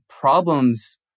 problems